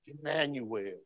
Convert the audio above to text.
Emmanuel